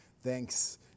Thanks